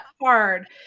hard